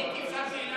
מיקי, אפשר שאלה?